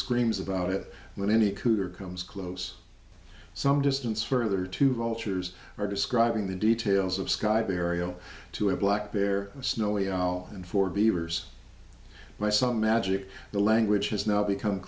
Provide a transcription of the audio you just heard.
screams about it when any cougar comes close some distance further two vultures are describing the details of sky burial to a black bear a snowy owl and for beavers by some magic the language has now become